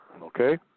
Okay